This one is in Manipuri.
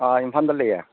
ꯑꯥ ꯏꯝꯐꯥꯜꯗ ꯂꯩꯌꯦ